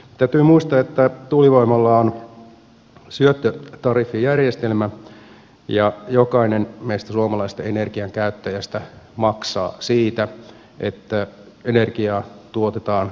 täytyy muistaa että tuulivoimalla on syöttötariffijärjestelmä ja jokainen meistä suomalaisesta energian käyttäjästä maksaa siitä että energia tuotetaan tuulivoimalla